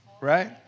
right